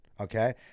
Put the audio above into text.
okay